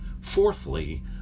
Fourthly